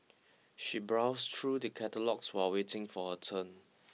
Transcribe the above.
she browsed through the catalogues while waiting for her turn